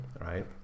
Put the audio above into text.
right